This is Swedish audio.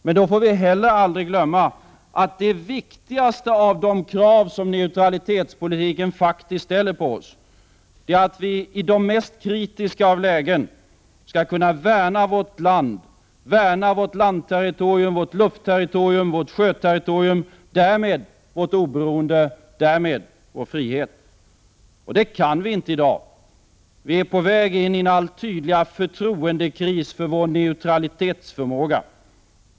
Men då får vi heller aldrig glömma att det viktigaste av de krav som neutralitetspolitiken faktiskt ställer på oss är att vi i de mest kritiska lägena skall kunna värna vårt land-, luftoch sjöterritorium och därmed vårt oberoende och vår frihet. Det kan vi inte i dag. Vi är på väg in i en allt tydligare förtroendekris för vår neutralitetsförmåga.